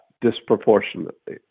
disproportionately